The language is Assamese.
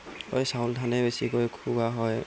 এই চাউল ধানেই বেছিকৈ খুওৱা হয়